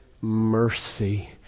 mercy